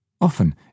Often